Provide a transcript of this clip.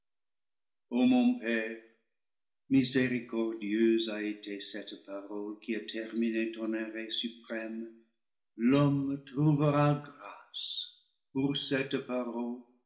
miséricordieuse a été cette parole qui a ter miné ton arrêt suprême l'homme trouvera grace pour cette parole